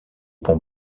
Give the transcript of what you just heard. ponts